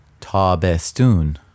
Tabestun